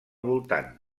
voltant